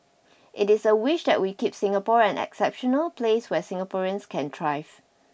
it is a wish that we keep Singapore an exceptional place where Singaporeans can thrive